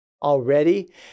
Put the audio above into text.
already